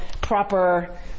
proper